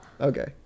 Okay